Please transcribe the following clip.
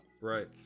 right